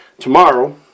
Tomorrow